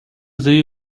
they